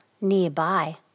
nearby